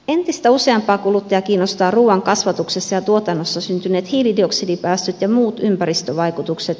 entistä useampaa kuluttajaa kiinnostavat ruuan kasvatuksessa ja tuotannossa syntyneet hiilidioksidipäästöt ja muut ympäristövaikutukset